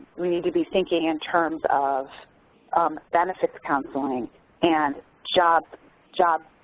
we need to be thinking in terms of benefits counseling and job job